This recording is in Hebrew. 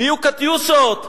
יהיו "קטיושות".